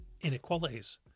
inequalities